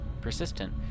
persistent